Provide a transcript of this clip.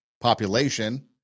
population